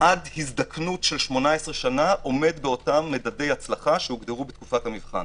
עד הזדקנות של 18 שנה עומד באותם מדדי הצלחה שהוגדרו בתקופת המבחן.